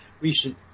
recent